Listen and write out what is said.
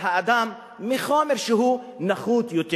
אבל האדם מחומר שהוא נחות יותר.